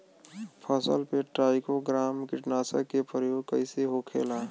फसल पे ट्राइको ग्राम कीटनाशक के प्रयोग कइसे होखेला?